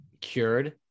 cured